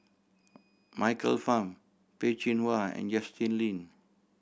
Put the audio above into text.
Michael Fam Peh Chin Hua and Justin Lean